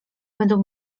będą